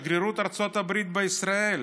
שגרירות ארצות הברית בישראל,